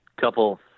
couple